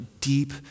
deep